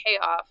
payoff